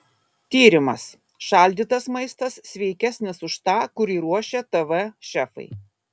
tyrimas šaldytas maistas sveikesnis už tą kurį ruošia tv šefai